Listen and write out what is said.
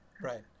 right